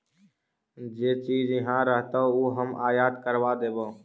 जे चीज इहाँ रहतो ऊ हम आयात करबा देबो